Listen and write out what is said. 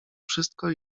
wszystko